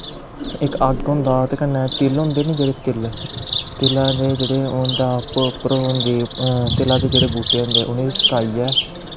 इक अग्ग होंदा ओह्दे कन्नै तिल होंदे नी जेह्ड़े तिल तिलां दा जेह्ड़ा ओह् होंदा तिलां दे जेह्ड़े बूह्टे होंदे उ'नें गी सकाइयै